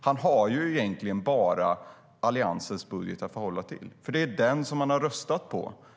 Han har egentligen bara Alliansens budget att förhålla sig till, för det är den som han har röstat på.